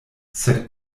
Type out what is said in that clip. sed